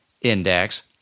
index